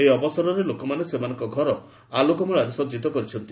ଏହି ଅବସରରେ ଲୋକମାନେ ସେମାନଙ୍କ ଘର ଆଲୋକମାଳାରେ ସଜିତ କରିଛନ୍ତି